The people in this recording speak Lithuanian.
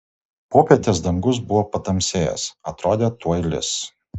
popietės dangus buvo patamsėjęs atrodė tuoj lis